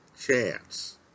chance